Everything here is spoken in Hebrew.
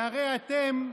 והרי אתם,